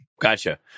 gotcha